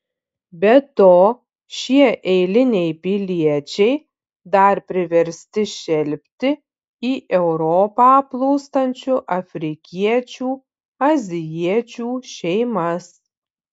be to šie eiliniai piliečiai dar priversti šelpti į europą plūstančių afrikiečių azijiečių šeimas